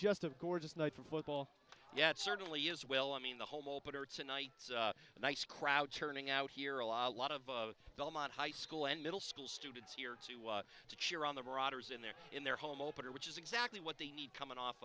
just a gorgeous night for football yet certainly as well i mean the home opener tonight a nice crowd turning out here a lot a lot of delamont high school and middle school students here to watch to cheer on the rotters in their in their home opener which is exactly what they need coming off